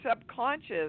subconscious